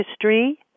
history